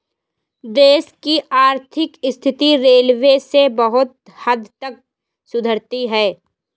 देश की आर्थिक स्थिति रेलवे से बहुत हद तक सुधरती है